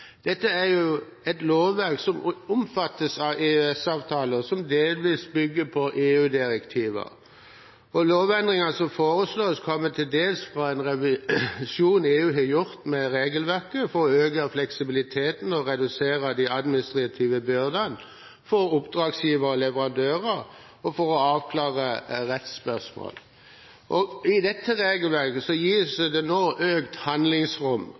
Dette er jo et lovverk som omfattes av EØS-avtalen, som delvis bygger på EU-direktiver. Lovendringene som foreslås, kommer til dels fra en revisjon EU har gjort av regelverket for å øke fleksibiliteten og redusere de administrative byrdene for oppdragsgivere og leverandører og for å avklare rettsspørsmål. I dette regelverket gis det nå økt handlingsrom